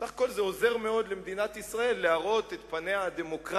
בסך הכול זה עוזר מאוד למדינת ישראל להראות את פניה הדמוקרטיות.